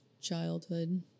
childhood